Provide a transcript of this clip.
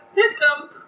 systems